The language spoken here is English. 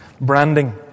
branding